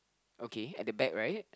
okay at the back right